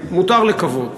מותר לקוות